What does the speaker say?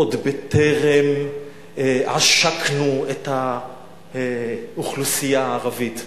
עוד בטרם עשקנו את האוכלוסייה הערבית,